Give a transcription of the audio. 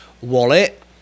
wallet